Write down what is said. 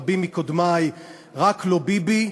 רבים מקודמי: רק לא ביבי.